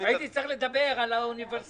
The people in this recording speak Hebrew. הייתי צריך לדבר על האוניברסלי